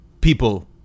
people